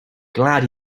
glad